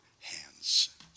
hands